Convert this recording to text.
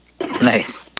Nice